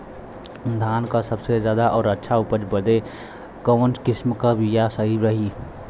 धान क सबसे ज्यादा और अच्छा उपज बदे कवन किसीम क बिया सही रही?